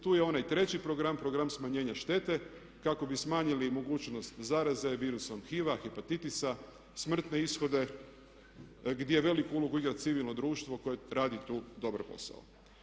Tu je onaj treći program, program smanjenja štete kako bi smanjili i mogućnost zaraze virusom HIV-a, hepatitisa, smrtne ishode gdje veliku ulogu igra civilno društvo koje radi tu dobar posao.